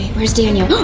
where's daniel.